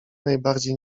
najbardziej